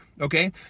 okay